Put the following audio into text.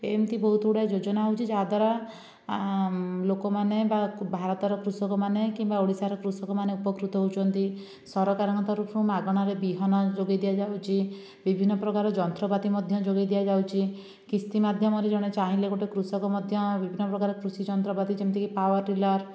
ଏମତି ବହୁତ ଗୁଡ଼ାଏ ଯୋଜନା ହେଉଛି ଯାହା ଦ୍ଵାରା ଲୋକମାନେ ବା ଭାରତର କୃଷକମାନେ କିମ୍ବା ଓଡ଼ିଶାର କୃଷକମାନେ ଉପକୃତ ହେଉଛନ୍ତି ସରକାରଙ୍କ ତରଫରୁ ମାଗଣାରେ ବିହନ ଯୋଗାଇ ଦିଆଯାଉଛି ବିଭିନ୍ନ ପ୍ରକାର ଯନ୍ତ୍ରପାତି ମଧ୍ୟ ଯୋଗେଇ ଦିଆଯାଉଛି କିସ୍ତି ମାଧ୍ୟମରେ ଜଣେ ଚାହିଁଲେ ଗୋଟିଏ କୃଷକ ମଧ୍ୟ ବିଭିନ୍ନ ପ୍ରକାର କୃଷି ଯନ୍ତ୍ରପାତି ଯେମିତି ପାୱାରଟିଲର୍